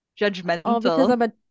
judgmental